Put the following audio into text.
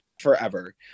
forever